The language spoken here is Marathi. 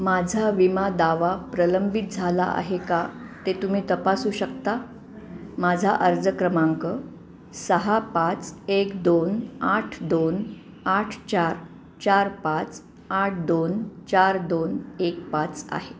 माझा विमा दावा प्रलंबित झाला आहे का ते तुम्ही तपासू शकता माझा अर्ज क्रमांक सहा पाच एक दोन आठ दोन आठ चार चार पाच आठ दोन चार दोन एक पाच आहे